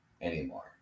anymore